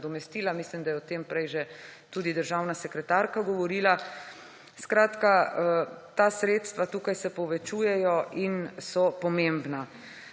nadomestila. Mislim, da je o tem prej že tudi državna sekretarka govorila. Skratka, ta sredstva tukaj se povečujejo in so pomembna.